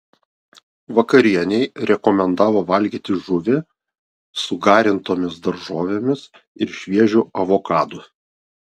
vakarienei rekomendavo valgyti žuvį su garintomis daržovėmis ir šviežiu avokadu